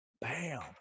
Bam